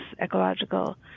ecological